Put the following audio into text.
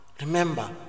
remember